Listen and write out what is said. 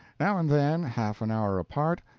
now and then, half an hour apart,